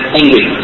angry